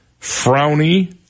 Frowny